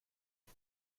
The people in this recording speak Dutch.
kan